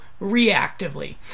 reactively